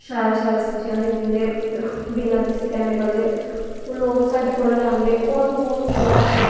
शैल शैल सब्जी आनी दिन्दे बिना किसे कैमीकल दे ओह् लोग साढ़े कोला लैंदे होर बी बहुत लोग ऐ